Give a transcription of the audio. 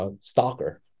stalker